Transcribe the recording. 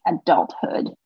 adulthood